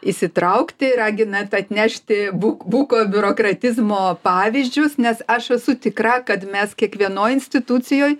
įsitraukti raginat atnešti buk buko biurokratizmo pavyzdžius nes aš esu tikra kad mes kiekvienoj institucijoj